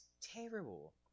terrible